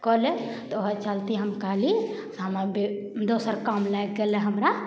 कऽ लेब तऽ ओहि चलते हम कहली हमे दोसर काम लागि गेलै हमरा